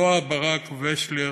נועה ברק וושלר,